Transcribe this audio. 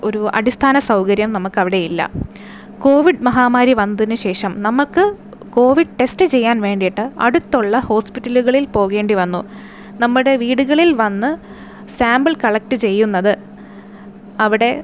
ഒരു അടിസ്ഥാനസൗകര്യം നമുക്ക് അവിടെ ഇല്ല കോവിഡ് മഹാമാരി വന്നതിന് ശേഷം നമക്ക് കോവിഡ് ടെസ്റ്റ് ചെയ്യാൻ വേണ്ടിയട്ട് അടുത്തുള്ള ഹോസ്പിറ്റലുകളിൽ പോകേണ്ടി വന്നു നമ്മളുടെ വീടുകളിൽ വന്ന് സാമ്പിൾ കളക്ട് ചെയ്യുന്നത് അവിടെ